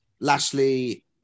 Lashley